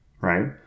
right